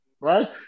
right